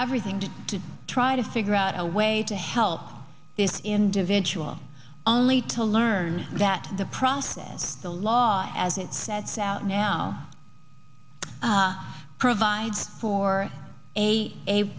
everything to to try to figure out a way to help this individual only to learn that the process of the law as it sets out now provides for a